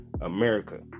America